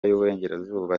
y’uburengerazuba